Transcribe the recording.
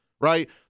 right